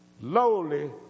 lowly